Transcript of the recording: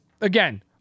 again